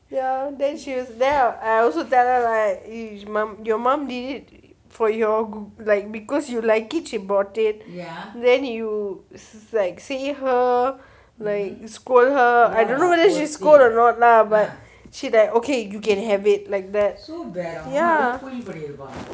ya then she was there I also tell her like his mum your mum did it for your like because you like it she bought it ya then you like say her scold her I don't know whether she scold or not lah but she like okay you can have it like that ya